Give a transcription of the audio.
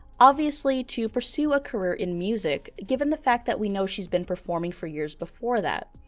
obviously to pursue a career in music, given the fact that we know she's been performing for years before that.